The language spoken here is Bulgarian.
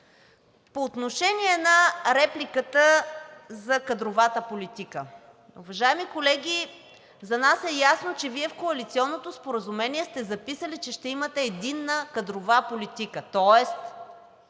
По отношение на репликата за кадровата политика. Уважаеми колеги, за нас е ясно, че Вие в коалиционното споразумение сте записали, че ще имате единна кадрова политика, тоест